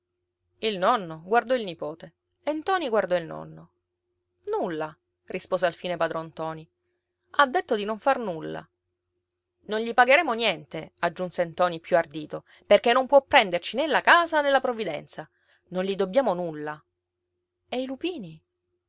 il nonno guardò il nipote e ntoni guardò il nonno nulla rispose alfine padron ntoni ha detto di non far nulla non gli pagheremo niente aggiunse ntoni più ardito perché non può prenderci né la casa né la provvidenza non gli dobbiamo nulla e i lupini